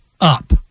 up